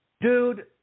Dude